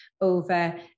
over